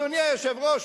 אדוני היושב-ראש,